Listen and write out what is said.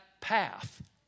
path